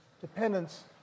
dependence